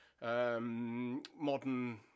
modern